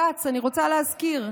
זה אותו בג"ץ, אני רוצה להזכיר,